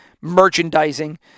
merchandising